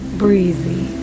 breezy